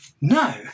No